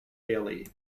bailey